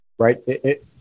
Right